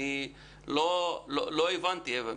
לא הבנתי.